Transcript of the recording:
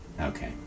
Okay